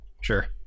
Sure